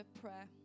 prayer